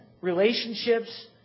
Relationships